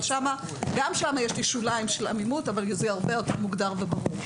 אבל גם שם יש לי שוליים של עמימות אבל זה הרבה יותר מוגדר וברור.